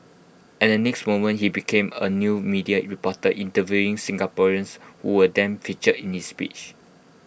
and the next moment he became A new media reporter interviewing Singaporeans who were then featured in his speech